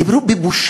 הם דיברו בבושה,